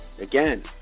again